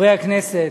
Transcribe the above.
חברי הכנסת,